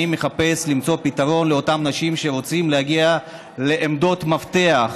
אני מחפש למצוא פתרון לאותן נשים שרוצות להגיע לעמדות מפתח,